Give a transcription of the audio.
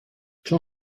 چون